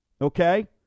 Okay